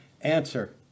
answer